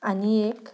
आनी एक